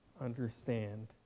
understand